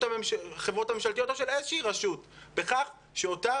החברות הממשלתיות או של איזה שהיא רשות בכך שאותו